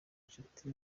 inshuti